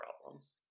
problems